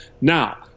Now